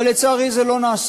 אבל, לצערי, זה לא נעשה.